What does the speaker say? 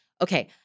okay